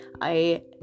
I-